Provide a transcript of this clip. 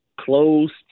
closed